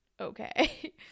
okay